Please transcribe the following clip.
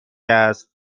است